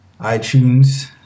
iTunes